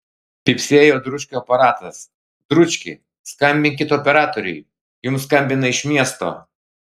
pypsėjo dručkio aparatas dručki skambinkit operatoriui jums skambina iš miesto